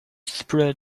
spread